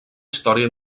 història